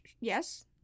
Yes